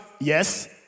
Yes